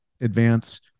advance